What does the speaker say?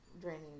draining